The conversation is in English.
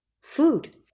food